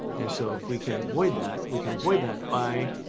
and so if we can avoid that, we can avoid that by